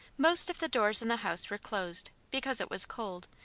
most of the doors in the house were closed, because it was cold,